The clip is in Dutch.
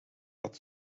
dat